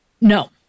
No